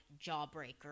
Jawbreaker